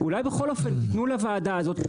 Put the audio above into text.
אולי בכל אופן תתנו לוועדה הזאת,